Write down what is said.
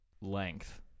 length